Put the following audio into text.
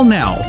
now